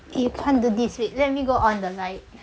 eh you can't do this wait let me go on the light